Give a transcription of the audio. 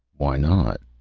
why not?